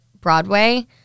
Broadway